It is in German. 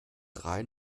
drei